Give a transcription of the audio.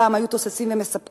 שפעם היו תוססים ומספקים,